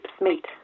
meet